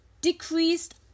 decreased